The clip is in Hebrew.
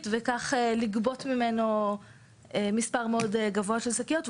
וכך לגבות ממנו מספר גבוה של שקיות.